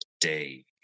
day